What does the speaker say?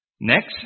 Next